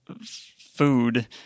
food